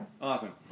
awesome